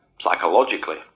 psychologically